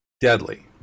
deadly